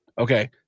Okay